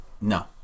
no